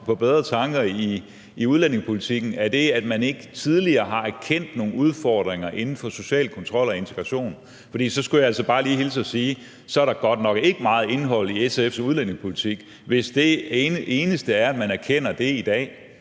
på bedre tanker, i udlændingepolitikken: at man ikke tidligere har erkendt nogle udfordringer inden for social kontrol og integration? For så skulle jeg altså bare lige hilse og sige, at så er der godt nok ikke meget indhold i SF's udlændingepolitik – hvis det eneste er, at man erkender det i dag.